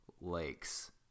lakes